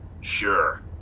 Sure